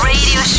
Radio